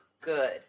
good